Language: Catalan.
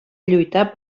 lluitar